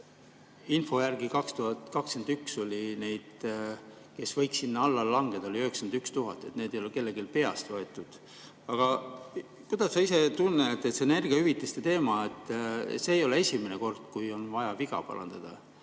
info järgi oli 2021. aastal neid, kes võiks sinna alla langeda, 91 000. Need andmed ei ole kellegi peast võetud. Aga kuidas sa ise tunned – see energiahüvitiste teema ei ole esimene kord, kui on vaja viga parandada.